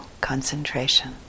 concentration